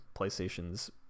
playstation's